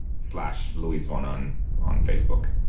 slash luisvonahn on facebook.